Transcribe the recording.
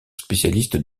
spécialiste